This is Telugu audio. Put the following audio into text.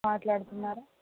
మాట్లాడుతున్నారా